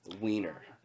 wiener